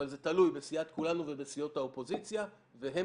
אבל זה תלוי בסיעת כולנו ובסיעות האופוזיציה והן